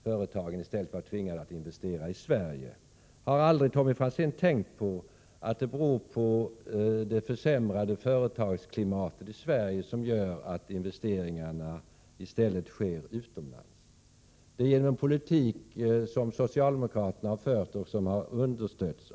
Företagen skulle i stället tvingas att investera i Sverige. Har aldrig Tommy Franzén tänkt på att det är det försämrade företagsklimatet i Sverige som gör att investeringarna i stället sker utomlands? Det beror på den politik som socialdemokraterna understödda av kommunisterna har fört.